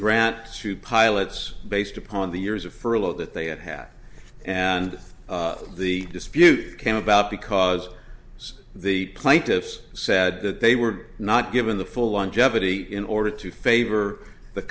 grant to pilots based upon the years of furlough that they had had and the dispute came about because the plaintiffs said that they were not given the full longevity in order to favor the